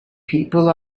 people